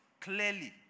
clearly